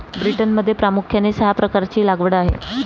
ब्रिटनमध्ये प्रामुख्याने सहा प्रकारची लागवड आहे